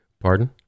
Pardon